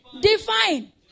Define